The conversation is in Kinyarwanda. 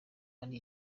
hari